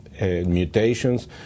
mutations